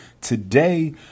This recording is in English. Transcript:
today